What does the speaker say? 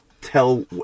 tell